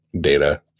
data